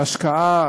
בהשקעה